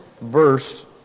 verse